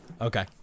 okay